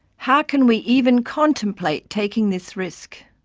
how can we even contemplate taking this risk?